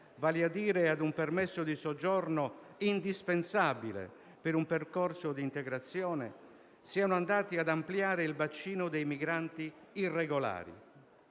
vale a dire a un permesso di soggiorno indispensabile per un percorso di integrazione, siano andati ad ampliare il bacino dei migranti irregolari.